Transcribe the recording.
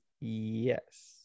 yes